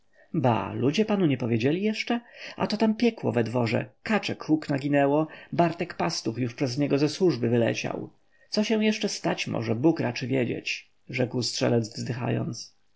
ludzie panu nie powiedzieli jeszcze a to tam piekło we dworze kaczek huk naginęło bartek pastuch już przez niego ze służby wyleciał co się jeszcze stać może bóg raczy wiedzieć rzekł strzelec wzdychając